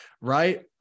right